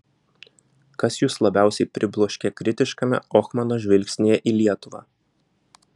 kas jus labiausiai pribloškė kritiškame ohmano žvilgsnyje į lietuvą